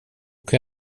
kan